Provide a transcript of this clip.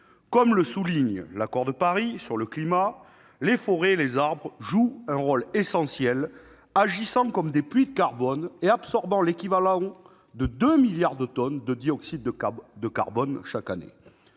Comme le souligne l'accord de Paris sur le climat, les forêts et les arbres jouent un rôle essentiel, agissant comme des puits de carbone et absorbant l'équivalent de 2 milliards de tonnes de dioxyde de carbone chaque année.